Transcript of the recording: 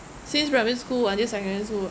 since primary school until secondary school